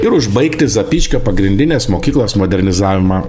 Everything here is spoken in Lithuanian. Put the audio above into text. ir užbaigti zapyškio pagrindinės mokyklos modernizavimą